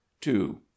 Two